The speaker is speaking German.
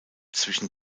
zwischen